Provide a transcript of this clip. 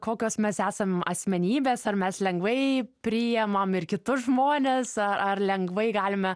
kokios mes esam asmenybės ar mes lengvai priimam ir kitus žmones ar lengvai galime